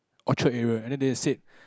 Orchard area and then they said